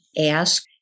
ask